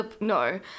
No